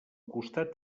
costat